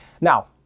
Now